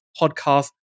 podcast